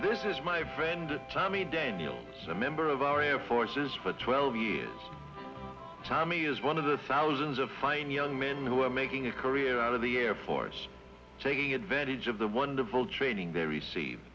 this is my friend tommy daniels a member of our air forces for twelve years tommy is one of the thousands of fine young men who are making a career out of the air force taking advantage of the wonderful training they receive